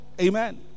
Amen